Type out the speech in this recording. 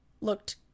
looked